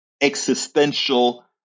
Existential